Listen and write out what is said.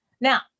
Now